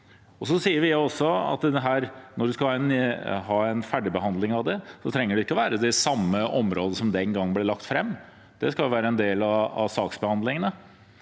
når man skal ha en ferdigbehandling, trenger det ikke å gjelde et av de samme områdene som den gangen ble lagt fram – det skal være en del av saksbehandlingen.